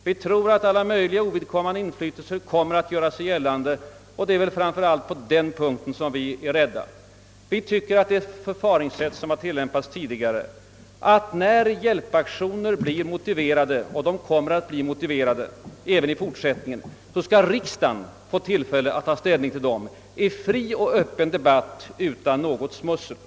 Vi tror att alla möjliga ovidkommande inflytelser kommer att göra sig gällande, och det är framför allt på den punkten vi är rädda. Vi anser att det förfaringssätt som har tilllämpats tidigare skall tillämpas nu också, nämligen att när hjälpaktioner blir motiverade — och de kommer att bli motiverade även i fortsättningen — skall riksdagen få tillfälle att ta ställning till dem i fri och öppen debatt utan något smussel.